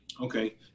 Okay